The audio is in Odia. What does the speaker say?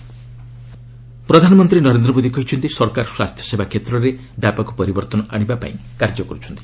ପିଏମ୍ ଜନଔଷଧୀ ପ୍ରଧାନମନ୍ତ୍ରୀ ନରେନ୍ଦ୍ର ମୋଦି କହିଛନ୍ତି ସରକାର ସ୍ୱାସ୍ଥ୍ୟସେବା କ୍ଷେତ୍ରରେ ବ୍ୟାପକ ପରିବର୍ତ୍ତନ ଆଶିବା ପାଇଁ କାର୍ଯ୍ୟ କର୍ରଛନ୍ତି